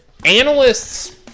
analysts